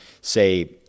say